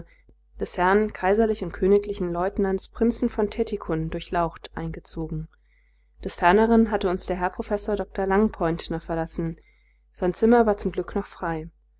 des herrn k k lieutenants prinzen von tettikon durchlaucht eingezogen des ferneren hatte uns der herr professor dr langpointner verlassen sein zimmer war zum glück noch frei